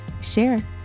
share